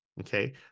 okay